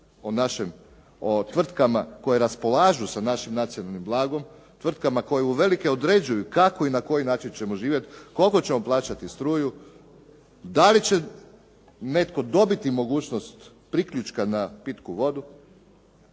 o tvrtkama koje raspolažu sa našim nacionalnim blagom, tvrtkama koje uvelike određuju kako i na koji način ćemo živjeti, koliko ćemo plaćati struju, da li će netko dobiti mogućnost priključka na pitku vodu,